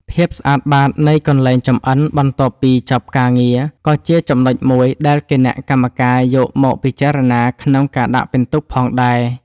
ភាពស្អាតបាតនៃកន្លែងចម្អិនបន្ទាប់ពីចប់ការងារ ក៏ជាចំណុចមួយដែលគណៈកម្មការយកមកពិចារណាក្នុងការដាក់ពិន្ទុផងដែរ។